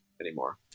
anymore